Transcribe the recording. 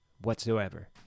whatsoever